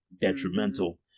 detrimental